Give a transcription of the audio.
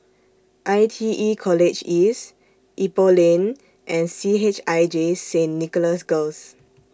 I T E College East Ipoh Lane and C H I J Saint Nicholas Girls